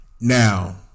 Now